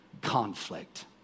conflict